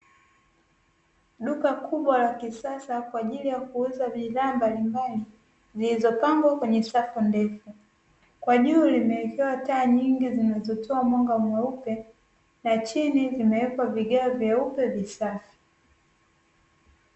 Duka kubwa la kisasa kwa ajili ya kuuza bidhaa mbalimbali zilizopangwa kwenye safu ndefu, kwa juu limewekewa taa nyingi zinazotoa mwanga mweupe na chini zimewekwa vigae vyeupe visafi.